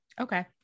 okay